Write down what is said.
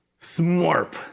SMORP